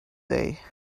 day